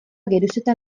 geruzetan